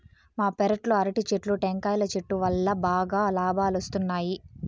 మా పెరట్లో అరటి చెట్లు, టెంకాయల చెట్టు వల్లా బాగా లాబాలొస్తున్నాయి